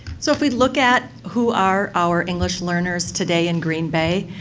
so, if we look at who are our english learners today in green bay.